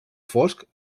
fosc